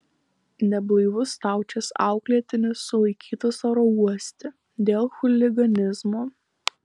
neblaivus staučės auklėtinis sulaikytas oro uoste dėl chuliganizmo